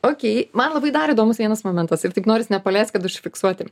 okei man labai dar įdomus vienas momentas ir taip noris nepaleist kad užfiksuoti